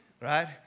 Right